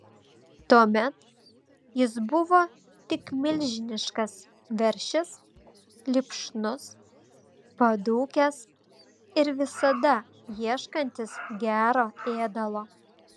tuomet jis buvo tik milžiniškas veršis lipšnus padūkęs ir visada ieškantis gero ėdalo